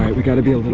we gotta be a